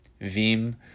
vim